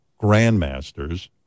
grandmasters